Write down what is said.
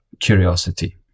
curiosity